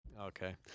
okay